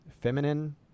feminine